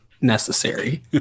necessary